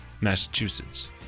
Massachusetts